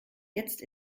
jetzt